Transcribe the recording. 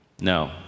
no